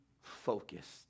focused